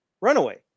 runaway